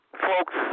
Folks